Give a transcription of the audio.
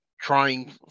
trying